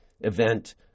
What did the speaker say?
event